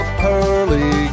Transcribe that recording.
pearly